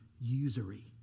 usury